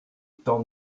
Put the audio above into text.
temps